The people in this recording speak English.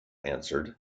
answered